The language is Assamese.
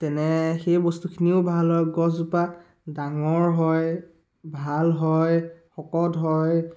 তেনে সেই বস্তুখিনিও ভাল হয় গছজোপা ডাঙৰ হয় ভাল হয় শকত হয়